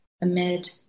amid